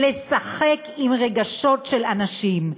לשחק עם רגשות של אנשים.